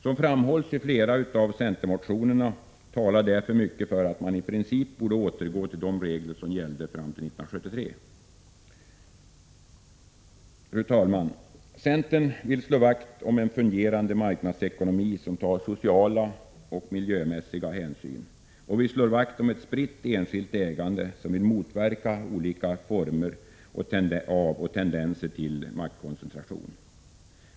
Som framhålls i flera av centermotionerna talar därför mycket för att man i princip borde återgå till de regler som gällde fram till 1973. Fru talman! Centern vill slå vakt om en fungerande marknadsekonomi som tar sociala och miljömässiga hänsyn. Vi slår vakt om ett spritt enskilt ägande och vill motverka olika former av och tendenser till maktkoncentration.